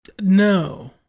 No